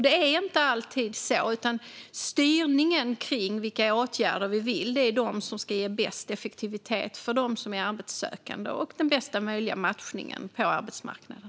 Det är inte alltid så. Styrningen av åtgärder ska vara mot det som ger bäst effektivitet för dem som är arbetssökande och bästa möjliga matchning på arbetsmarknaden.